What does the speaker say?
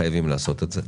חייבים לעשות את זה,